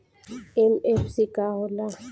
MFC का होला?